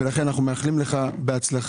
לכן אנחנו מאחלים לך בהצלחה,